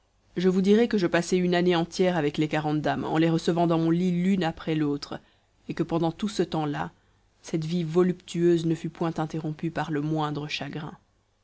je vous dirai que je passai une année entière avec les quarante dames en les recevant dans mon lit l'une après l'autre et que pendant tout ce temps-là cette vie voluptueuse ne fut point interrompue par le moindre chagrin